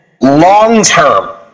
Long-term